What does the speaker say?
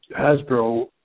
Hasbro